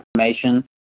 information